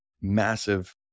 massive